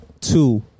two